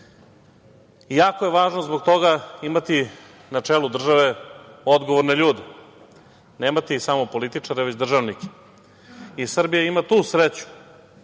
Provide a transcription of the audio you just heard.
šta. Jako je važno zbog toga imati na čelu države odgovorne ljude, nemati samo političare, već državnike i Srbija ima tu sreću